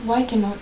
why cannot